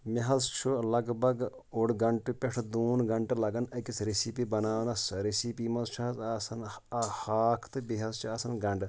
مےٚ حظ چھُ لگ بگ اوٚڑ گنٛٹہٕ پٮ۪ٹھ دوٗن گنٛٹہٕ لگان أکِس ریسِپی بناونس سۄ ریسپی منٛز چھِ حظ آسان ہاکھ تہٕ بیٚیہِ حظ چھِ آسان گنٛڈٕ